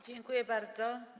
Dziękuję bardzo.